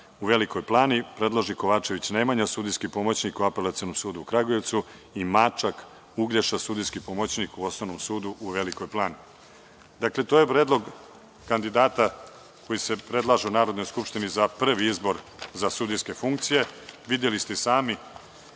u Velikoj Plani predlože: Kovačević Nemanja, sudijski pomoćnik u Apelacionom sudu u Kragujevcu i Mačak Uglješa, sudijski pomoćnik u Osnovnom sudu u Velikoj Plani. Dakle, to je predlog kandidata koji se predlažu Narodnoj skupštini za prvi izbor za sudijske funkcije. Videli ste i sami